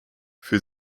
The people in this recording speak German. für